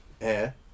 air